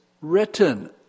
written